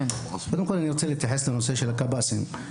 קודם כל, אני רוצה להתייחס לנושא של הקב״סים.